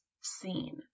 seen